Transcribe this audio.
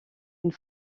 une